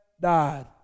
died